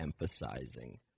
emphasizing